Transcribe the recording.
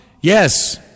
yes